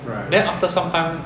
then after some time